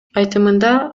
айтымында